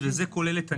זה כולל את הנגב.